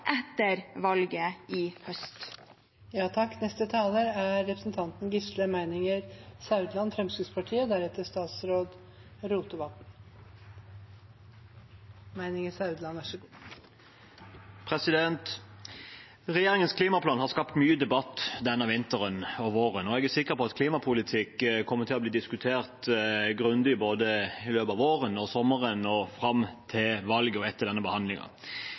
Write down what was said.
etter valget i høst. Regjeringens klimaplan har skapt mye debatt denne vinteren og våren, og jeg er sikker på at klimapolitikk kommer til å bli diskutert grundig både i løpet av våren og sommeren, fram til valget og etter denne